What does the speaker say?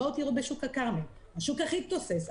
בואו תראו בשוק הכרמל, השוק הכי תוסס.